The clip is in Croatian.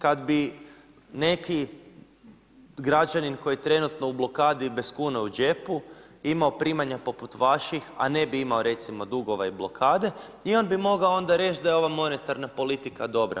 Kad bi neki građanin koji je trenutno u blokadi ili bez kune u džepu imao primanja poput vaših, a ne bi imao recimo dugova i blokade i on bi mogao onda reći da je ova monetarna politika dobra.